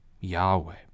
Yahweh